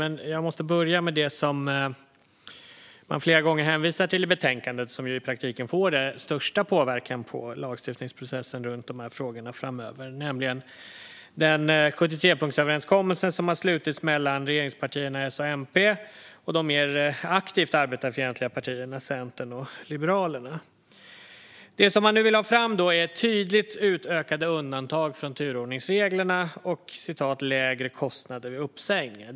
Men jag måste börja med det som man flera gånger hänvisar till i betänkandet och som i praktiken får störst påverkan på lagstiftningsprocessen när det gäller dessa frågor framöver, nämligen den 73punktsöverenskommelse som har slutits mellan regeringspartierna Socialdemokraterna och Miljöpartiet och de mer aktivt arbetarfientliga partierna Centern och Liberalerna. Det som man nu vill ha är tydligt utökade undantag från turordningsreglerna och lägre kostnader vid uppsägningar.